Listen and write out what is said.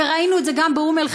וראינו את זה גם באום-אלחיראן,